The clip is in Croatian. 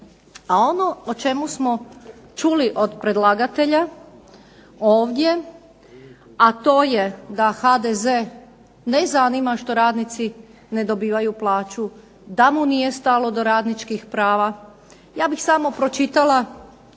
A ono o čemu smo čuli od predlagatelja ovdje, a to je da HDZ ne zanima što radnici ne dobivaju plaću, da mu nije stalo do radničkih prava, ja bih samo pročitala